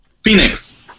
Phoenix